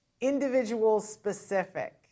individual-specific